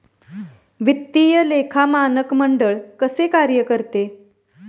वित्तीय लेखा मानक मंडळ कसे कार्य करते?